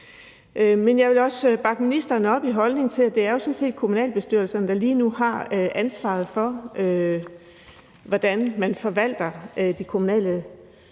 Men jeg vil også bakke ministeren op i holdningen til, at det jo sådan set er kommunalbestyrelsen, der lige nu har ansvaret for, hvordan man forvalter de kommunale